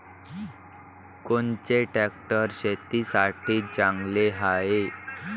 कोनचे ट्रॅक्टर शेतीसाठी चांगले हाये?